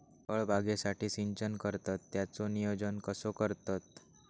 फळबागेसाठी सिंचन करतत त्याचो नियोजन कसो करतत?